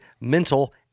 mental